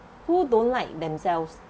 who don't like themselves